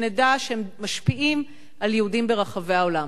שנדע שהם משפיעים על יהודים ברחבי העולם.